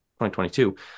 2022